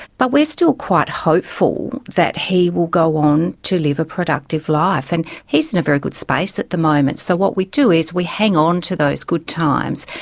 but we are still quite hopeful that he will go on to live a productive life. and he's in a very good space at the moment. so what we do is we hang on to those good times,